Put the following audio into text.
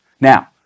Now